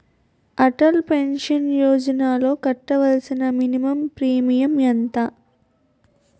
Atal pension యోజనలో కట్టవలసిన minimum premium ఎంత?